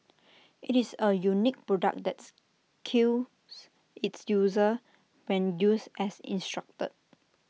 IT is A unique product that's kills its user when used as instructed